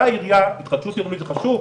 סליחה, המחשוב,